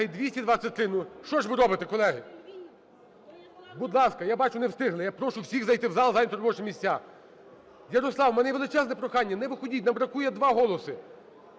223. Ну, що ж ви робите, колеги? Будь ласка! Я бачу, не встигли. Я прошу всіх зайти в зал і зайняти робочі місця. Ярослав, у мене є величезне прохання, не виходіть. Нам бракує два голоси.